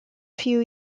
few